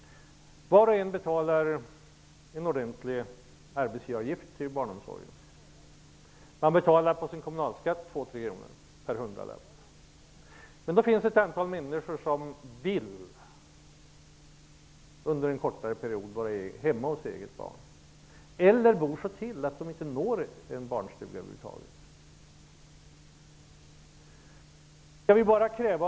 Var och en av oss betalar en ordentlig arbetsgivaravgift till barnomsorgen. I kommunskatt betalar man 2-- 3 kr per hundralapp. Men det finns också ett antal människor som under en kortare period vill vara hemma hos sitt barn. Det kan också vara så att de bor så till att de över huvud taget inte når en barnstuga.